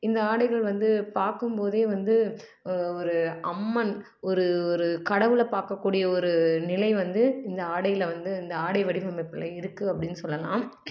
இந்த ஆடைகள் வந்து பார்க்கும் போதே வந்து ஒரு அம்மன் ஒரு ஒரு கடவுளை பார்க்கக்கூடிய ஒரு நிலை வந்து இந்த ஆடையில வந்து இந்த ஆடை வடிவமைப்பில் இருக்கு அப்படின்னு சொல்லலாம்